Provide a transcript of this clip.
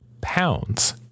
pounds